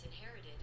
inherited